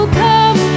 come